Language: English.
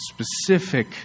specific